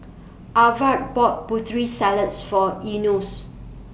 Aarav bought Putri Salad For Enos